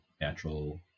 natural